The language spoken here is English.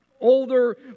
older